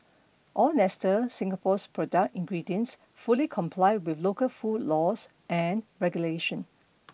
all Nestle Singapore's product ingredients fully comply with local food laws and regulation